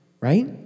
right